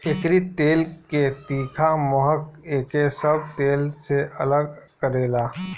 एकरी तेल के तीखा महक एके सब तेल से अलग करेला